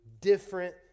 different